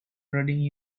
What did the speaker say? reading